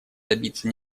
добиться